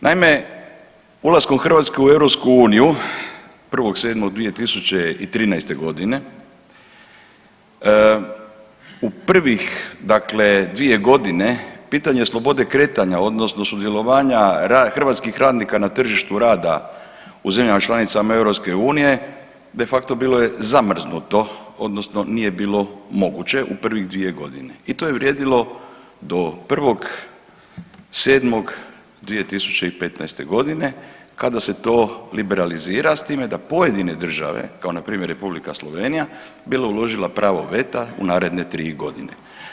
Naime, ulaskom Hrvatske u EU 1.7.2013. godine u prvih dakle 2 godine pitanje slobode kretanja odnosno sudjelovanja hrvatskih radnika na tržištu rada u zemljama članicama EU de facto bilo je zamrznuto odnosno nije bilo moguće u prvih 2 godine i to je vrijedilo do 1.7.2015. godine kada se to liberalizira s time da pojedine države kao npr. Republika Slovenija bila je uložila pravo veta u naredne 3 godine.